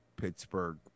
Pittsburgh